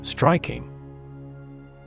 Striking